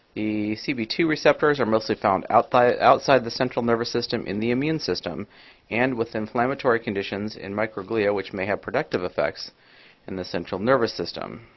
the c b two receptors are mostly found out that outside the central nervous system in the immune system and with inflammatory conditions in microglia, which may have productive effects in the central nervous system.